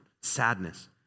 sadness